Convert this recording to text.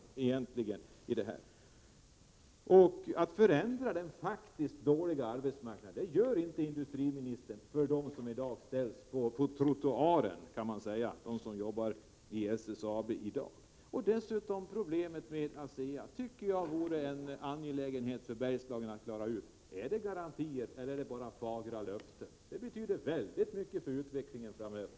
Industriministern gör inget för att förändra de dåliga arbetsmarknadsutsikterna för dem som ställs ut på trottoaren, dvs. de som i dag jobbar på SSAB. Jag tycker dessutom att det är angeläget att Bergslagen löser problemen med ASEA. Är det garantier eller är det bara fagra löften? Det betyder väldigt mycket för utvecklingen framöver.